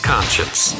Conscience